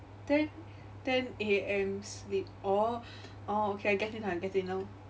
ten ten A_M sleep oh oh okay I get it now I get it now